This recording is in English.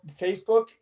Facebook